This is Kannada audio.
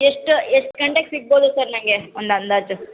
ಎಷ್ಟು ಎಷ್ಟು ಗಂಟೆಗೆ ಸಿಗ್ಬೋದು ಸರ್ ನನಗೆ ಒಂದು ಅಂದಾಜು